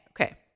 Okay